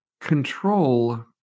control